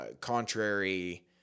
contrary –